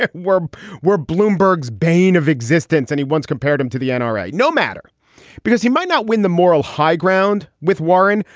ah were were bloomberg's bane of existence. and he once compared him to the and nra. no matter because he might not win the moral high ground with warren,